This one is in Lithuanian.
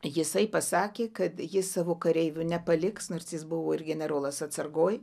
jisai pasakė kad jis savo kareivių nepaliks nors jis buvo ir generolas atsargoj